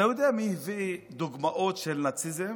אתה יודע מי הביא דוגמאות של נאציזם?